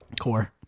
core